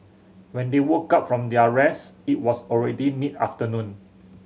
when they woke up from their rest it was already mid afternoon